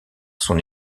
son